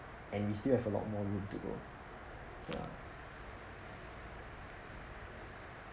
and we still have a lot more room to go ya